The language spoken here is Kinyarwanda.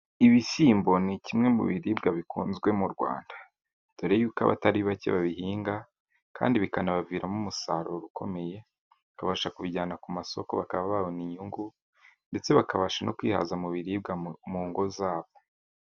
Ibishyimbo ni kimwe mu biribwa bikunzwe mu Rwanda. Dore y'uko abatari bake babihinga, kandi bikanabaviramo umusaruro ukomeye, bakabasha kubijyana ku masoko bakaba babona inyungu ndetse bakabasha no kwihaza mu biribwa mu ngo zabo.